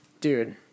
Dude